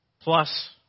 plus